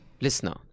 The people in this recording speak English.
listener